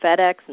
FedEx